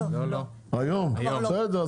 מצוין.